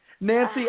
Nancy